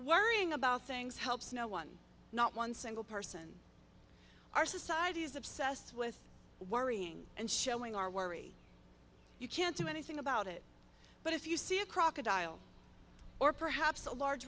worrying about things helps no one not one single person our society is obsessed with worrying and showing our worry you can't do anything about it but if you see a crocodile or perhaps a large